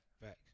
Fact